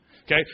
Okay